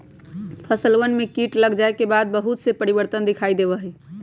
फसलवन में कीट लग जाये के बाद बहुत से परिवर्तन दिखाई देवा हई